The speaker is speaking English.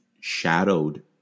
shadowed